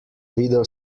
videl